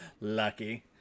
Lucky